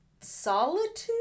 solitude